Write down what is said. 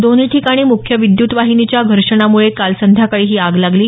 दोन्ही ठिकाणी मुख्य विद्युत वाहिनीच्या घर्षणामुळे काल संध्याकाळी ही आग लागली